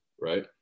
right